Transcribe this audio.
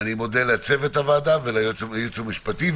-- אני מודה לצוות הוועדה ולייעוץ המשפטי.